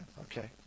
Okay